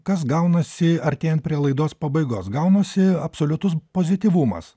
kas gaunasi artėjant prie laidos pabaigos gaunasi absoliutus pozityvumas